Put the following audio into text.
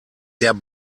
der